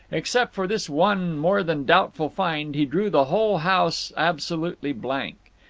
except for this one more than doubtful find, he drew the whole house absolutely blank.